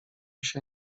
się